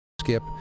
skip